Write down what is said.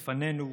בפנינו,